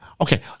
okay